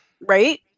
Right